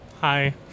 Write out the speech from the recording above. Hi